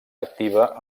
activa